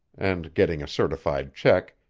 and getting a certified check,